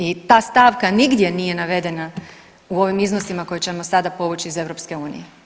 I ta stavka nigdje nije navedena u ovim iznosima koje ćemo sada povući iz EU.